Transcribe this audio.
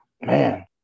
man